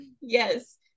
Yes